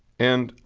and,